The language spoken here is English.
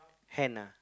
hand ah